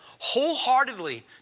wholeheartedly